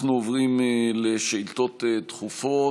אנחנו עוברים לשאילתות דחופות.